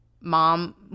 mom